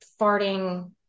farting